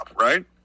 right